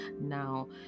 now